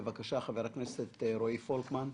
בבקשה, חבר הכנסת רועי פולקמן.